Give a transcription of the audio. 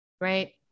Right